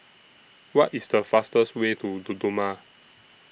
What IS The fastest Way to Dodoma